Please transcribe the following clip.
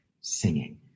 singing